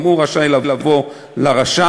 גם הוא רשאי לבוא לרשם,